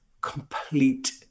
complete